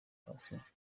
gususurutsa